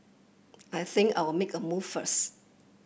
I think I'll make a move first